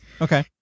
Okay